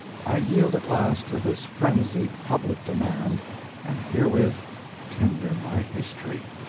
i yield at last to this frenzied public demand and herewith tender my history.